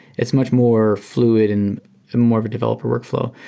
it's much more fluid and more of a developer workflow.